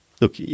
look